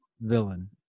villain